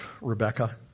Rebecca